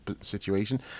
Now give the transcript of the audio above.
situation